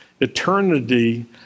Eternity